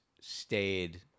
stayed